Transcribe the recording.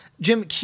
Jim